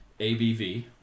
ABV